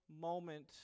moment